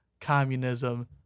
communism